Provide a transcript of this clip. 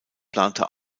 plante